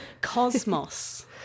cosmos